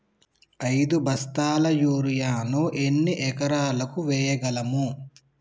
ఐదు బస్తాల యూరియా ను ఎన్ని ఎకరాలకు వేయగలము?